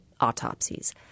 autopsies